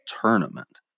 tournament